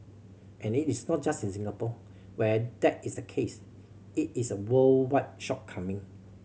and it is not just in Singapore where that is the case it is a worldwide shortcoming